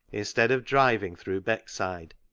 instead of driving through beckside,